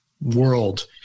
world